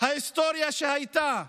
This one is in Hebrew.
ההיסטוריה שהייתה,